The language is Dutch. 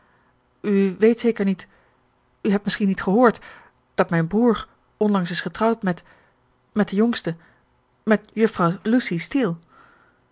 u weet zeker niet u hebt misschien niet gehoord dat mijn broer onlangs is getrouwd met met de jongste met juffrouw lucy steele